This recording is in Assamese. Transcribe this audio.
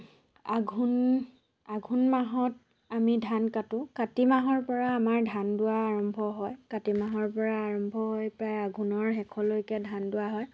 আঘোণ আঘোণ মাহত আমি ধান কাটো কাতি মাহৰ পৰা আমাৰ ধান দোৱা আৰম্ভ হয় কাতি মাহৰ পৰা আৰম্ভ হৈ প্ৰায় আঘোণৰ শেষলৈকে ধান দোৱা হয়